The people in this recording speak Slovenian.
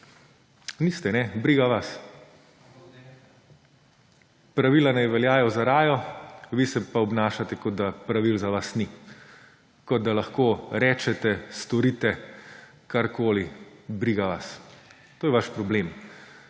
Niste, briga vas. Pravila naj veljajo za rajo, vi ste pa obnašate, kot da pravil za vas ni. Kot da lahko rečete, storite karkoli, briga vas. To je vaš problem.